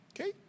Okay